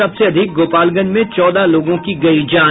सबसे अधिक गोपालगंज में चौदह लोगों की गयी जान